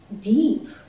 deep